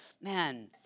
man